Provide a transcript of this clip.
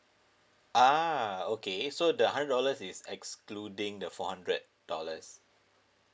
ah okay so the hundred dollars is excluding the four hundred dollars